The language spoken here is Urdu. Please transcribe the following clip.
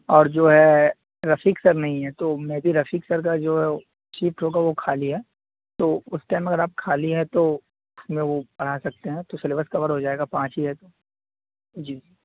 اور جو ہے رفیق سر نہیں ہیں تو میں بھی رفیق سر کا جو ہے وہ شفٹ ہوگا وہ خالی ہے تو اس ٹائم اگر آپ خالی ہیں تو اس میں وہ پڑھا سکتے ہیں تو سلیبس کور ہو جائے گا پانچ ہی ہے تو جی